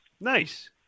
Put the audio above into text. Nice